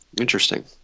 Interesting